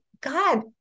God